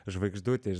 žvaigždutė iš